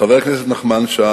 חבר הכנסת נחמן שי